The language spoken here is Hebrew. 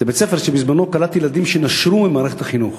זה בית-ספר שבזמנו קלט ילדים שנשרו ממערכת החינוך.